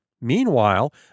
Meanwhile